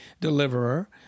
deliverer